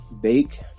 bake